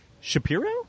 Shapiro